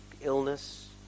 illness